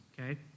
okay